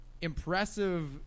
impressive